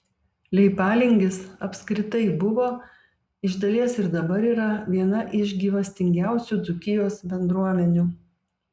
leipalingis apskritai buvo iš dalies ir dabar yra viena iš gyvastingiausių dzūkijos bendruomenių